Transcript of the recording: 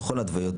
בכל ההתוויות,